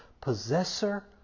possessor